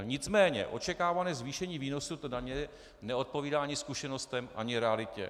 Nicméně očekávané zvýšení výnosů neodpovídá ani zkušenostem ani realitě.